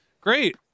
great